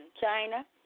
China